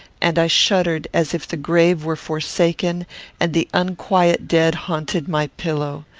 and i shuddered as if the grave were forsaken and the unquiet dead haunted my pillow.